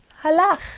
halach